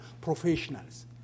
professionals